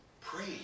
pray